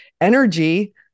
energy